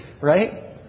Right